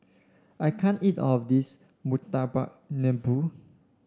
I can't eat all of this Murtabak Lembu